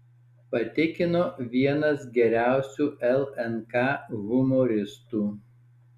patikino vienas geriausių lnk humoristų